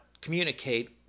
communicate